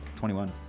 21